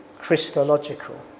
Christological